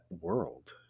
world